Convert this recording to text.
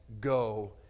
go